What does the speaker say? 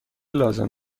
لازم